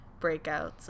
breakouts